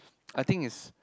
I think is